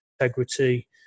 integrity